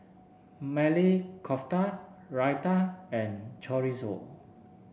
Maili Kofta Raita and Chorizo